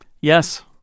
yes